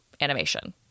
animation